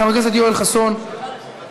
חבר הכנסת יואל חסון, מוותר.